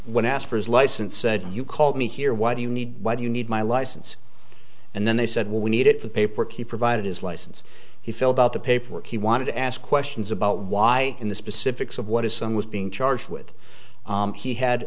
when asked for his license said you called me here why do you need why do you need my license and then they said well we need it for paper key provided his license he filled out the paperwork he wanted to ask questions about why in the specifics of what his son was being charged with he had